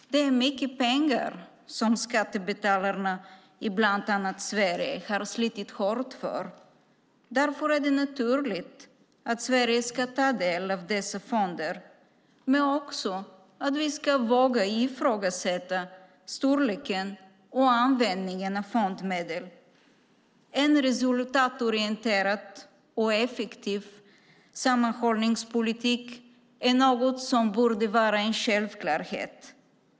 Det är mycket pengar som skattebetalarna i bland annat Sverige har slitit hårt för. Därför är det naturligt att Sverige ska ta del av dessa fonder men också att vi ska våga ifrågasätta storleken och användningen av fondmedel. En resultatorienterad och effektiv sammanhållningspolitik är något som borde vara en självklarhet.